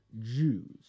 Jews